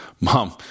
Mom